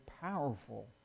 powerful